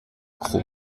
crau